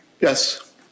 yes